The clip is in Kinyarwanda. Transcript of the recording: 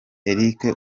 eric